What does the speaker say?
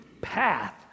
path